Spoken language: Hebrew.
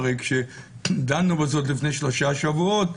הרי כשדנו בזאת לפני שלושה שבועות,